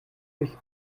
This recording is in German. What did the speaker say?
mich